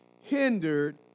hindered